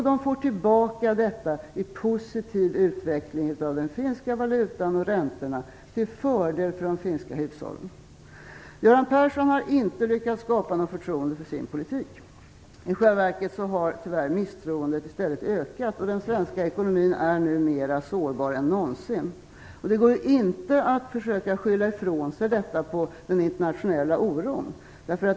De får tillbaka detta i positiv utveckling av den finska valutan och räntorna till fördel för de finska hushållen. Göran Persson har inte lyckats skapa något förtroende för sin politik. I själva verket har tyvärr misstroendet i stället ökat. Den svenska ekonomin är nu mera sårbar än någonsin. Det går inte att försöka skylla ifrån sig detta på den internationella oron.